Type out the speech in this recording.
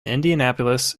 indianapolis